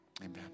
Amen